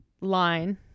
line